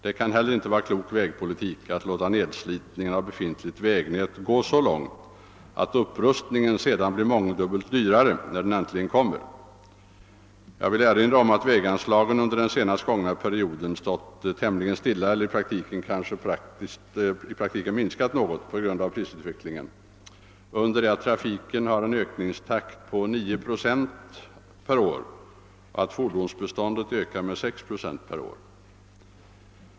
Det kan heller inte vara klok vägpolitik att låta nedslitningen av befintligt vägnät gå så långt, att upprustningen sedan blir mångdubbelt dyrare när den äntligen kommer. Jag vill erinra om att väganslagen under den senast gångna perioden stått tämligen stilla eller i praktiken kanske minskat något på grund av prisutvecklingen, under det att trafiken ökat med 9 procent per år och fordonsbeståndet med 6 procent per år.